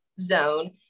Zone